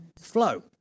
flow